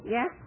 Yes